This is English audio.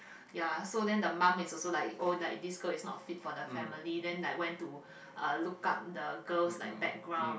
ya so then the mum is also like oh like this girl is not fit for the family then like went to uh look up the girl's like background